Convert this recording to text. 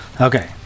Okay